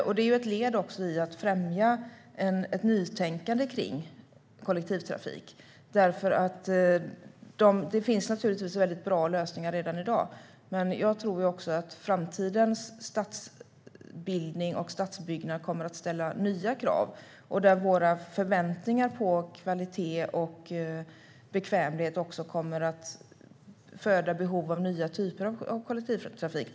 Detta är också ett led i att främja nytänkande kring kollektivtrafik. Det finns naturligtvis väldigt bra lösningar redan i dag, men jag tror att framtidens stadsbildning och stadsbyggnad kommer att ställa nya krav. Våra förväntningar på kvalitet och bekvämlighet kommer också att föda behov av nya typer av kollektivtrafik.